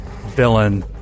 villain